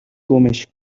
گمش